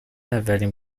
ولین